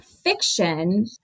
fiction